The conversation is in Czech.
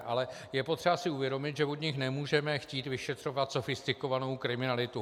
Ale je potřeba si uvědomit, že od nich nemůžeme chtít vyšetřovat sofistikovanou kriminalitu.